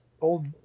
old